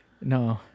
no